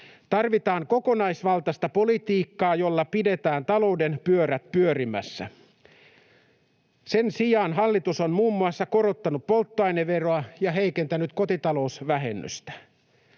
Tarvitaan kokonaisvaltaista politiikkaa, jolla pidetään talouden pyörät pyörimässä. Sen sijaan hallitus on muun muassa korottanut polttoaineveroa ja heikentänyt kotitalousvähennystä.